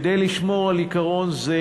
כדי לשמור על עיקרון זה,